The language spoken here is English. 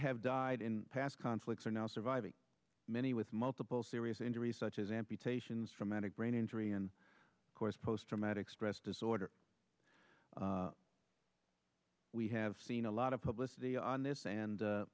have died in past conflicts are now surviving many with multiple serious injuries such as amputations for medic brain injury and of course post traumatic stress disorder we have seen a lot of publicity on this and